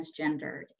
transgendered